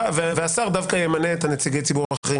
והשר דווקא ימנה את נציגי הציבור האחרים.